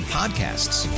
podcasts